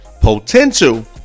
Potential